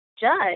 judge